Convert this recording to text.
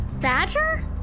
Badger